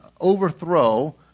overthrow